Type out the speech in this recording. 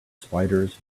spiders